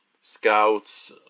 scouts